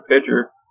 pitcher